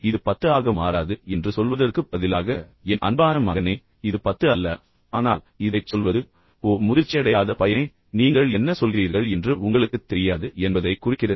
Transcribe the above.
இது 10ஆக மாறாது என்று சொல்வதற்குப் பதிலாக என் அன்பான மகனே இது 10 அல்ல ஆனால் இதைச் சொல்வது ஓ முதிர்ச்சியடையாத பையனே நீங்கள் என்ன சொல்கிறீர்கள் என்று உங்களுக்குத் தெரியாது என்பதைக் குறிக்கிறது